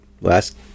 last